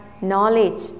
knowledge